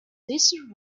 later